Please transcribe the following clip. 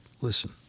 listen